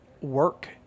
work